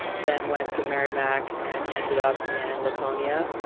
then went to merrimack and ended up in laconia.